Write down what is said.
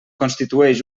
constitueix